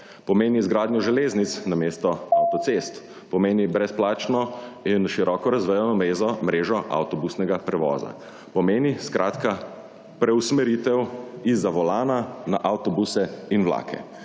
Pomeni izgradnjo železnic namesto avtocest, pomeni brezplačno in široko razvejano mrežo avtobusnega prevoza. Pomeni skratka preusmeritev izza volana na avtobuse in vlake.